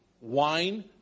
wine